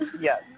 Yes